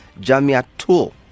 Jamiatul